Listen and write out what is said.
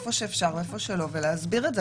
היכן אפשר והיכן לא ולהסביר את זה,